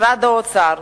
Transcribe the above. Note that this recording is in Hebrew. משרד האוצר: